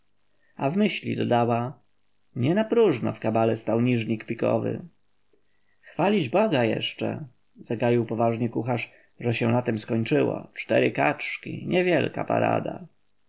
a w myśli dodała nie napróżno w kabale stał niżnik pikowy chwalić boga jeszcze zagaił poważnie kucharz że się na tem skończyło cztery kaczki niewielka parada